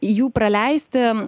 jų praleisti